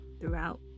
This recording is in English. throughout